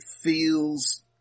feels